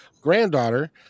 granddaughter